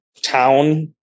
town